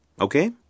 okay